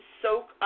soak